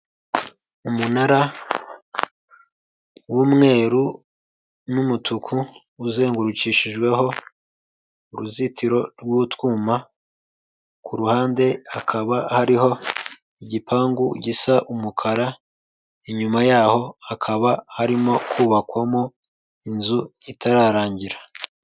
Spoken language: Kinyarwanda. Umunara w'umweru n'umutuku uzengurukishijweho uruzitiro rw'utwuma, ku ruhande hakaba hariho igipangu gisa umukara, inyuma yaho hakaba harimo kubakwamo inzu itararangira.